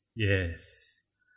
yes